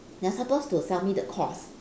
they are supposed to sell me the course